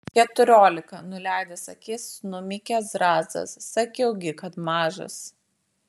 keturiolika nuleidęs akis numykė zrazas sakiau gi kad mažas